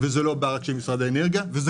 וזה לא בעיה רק של משרד האנרגיה וזה